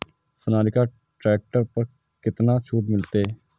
Sonalika tractor पर केतना छूट मिलते?